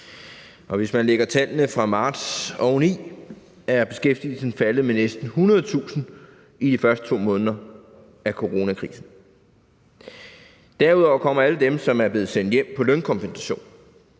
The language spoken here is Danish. Og hvis man lægger tallene fra marts oveni, er beskæftigelsen faldet med næsten 100.000 i de første 2 måneder af coronakrisen. Derudover kommer alle dem, som er blevet sendt hjem på lønkompensation.